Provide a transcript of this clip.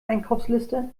einkaufsliste